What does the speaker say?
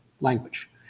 language